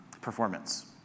performance